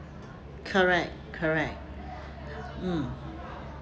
correct correct mm